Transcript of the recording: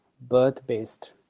birth-based